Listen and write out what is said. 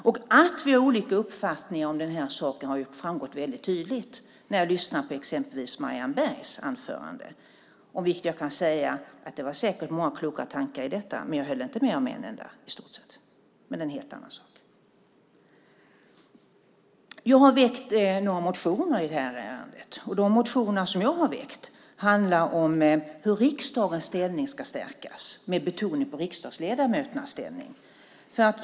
Det har framgått tydligt att vi har olika uppfattningar om den här saken när jag har lyssnat på exempelvis Marianne Bergs anförande. Om det kan jag säga att det säkert var många kloka tankar där, men jag höll i stort sett inte med om en enda. Men det är en helt annan sak. Jag har väckt några motioner i det här ärendet. De motioner som jag har väckt handlar om hur riksdagens ställning ska stärkas med betoning på riksdagsledamöternas ställning.